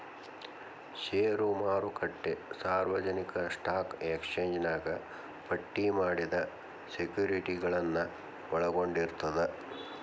ಷೇರು ಮಾರುಕಟ್ಟೆ ಸಾರ್ವಜನಿಕ ಸ್ಟಾಕ್ ಎಕ್ಸ್ಚೇಂಜ್ನ್ಯಾಗ ಪಟ್ಟಿ ಮಾಡಿದ ಸೆಕ್ಯುರಿಟಿಗಳನ್ನ ಒಳಗೊಂಡಿರ್ತದ